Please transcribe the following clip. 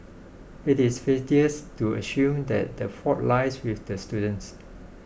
it is facetious to assume that the fault lies with the students